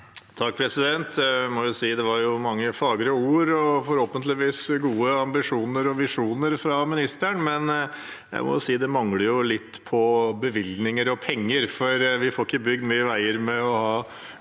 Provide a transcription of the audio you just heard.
(FrP) Det var mange fagre ord og forhåpentligvis gode ambisjoner og visjoner fra ministeren, men jeg må si det mangler litt på bevilgninger og penger, for vi får ikke bygd mye vei med å ha